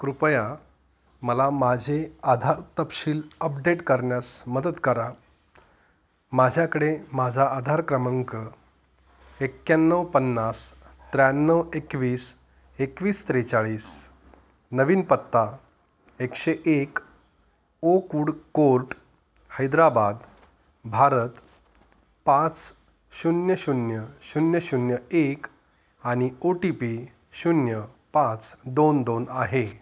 कृपया मला माझे आधार तपशील अपडेट करण्यास मदत करा माझ्याकडे माझा आधार क्रमांक एक्याण्णव पन्नास त्र्याण्णव एकवीस एकवीस त्रेचाळीस नवीन पत्ता एकशे एक ओकवूड कोर्ट हैद्राबाद भारत पाच शून्य शून्य शून्य शून्य एक आणि ओ टी पी शून्य पाच दोन दोन आहे